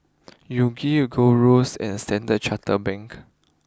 Yoguru Gold Roast and Standard Chartered Bank